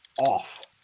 off